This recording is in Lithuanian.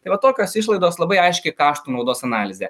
tai va tokios išlaidos labai aiški kaštų naudos analizė